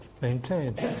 maintained